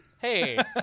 Hey